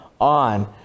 on